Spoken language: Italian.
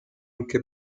anche